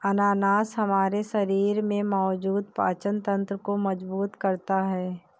अनानास हमारे शरीर में मौजूद पाचन तंत्र को मजबूत करता है